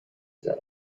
زند